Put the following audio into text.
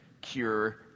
cure